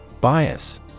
Bias